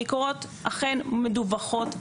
הביקורות אכן מדווחות,